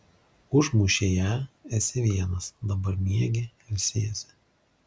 užmušei ją esi vienas dabar miegi ilsiesi